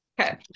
okay